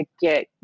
get